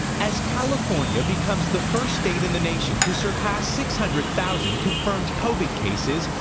as california becomes the first state in the nation to surpass six hundred thousand confirmed covid cases,